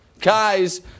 guys